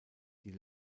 die